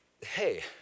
hey